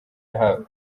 yahawe